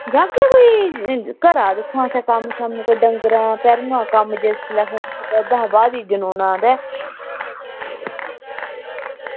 जाह्गे कोई घरा दिक्खो आं असें कम्म डंगरें दा जिसलै अस ओह्दे हा बाद ई जनोना ते